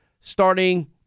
starting